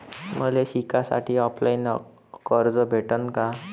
मले शिकासाठी ऑफलाईन कर्ज भेटन का?